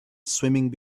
swimming